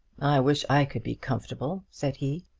wish i could be comfortable, said he.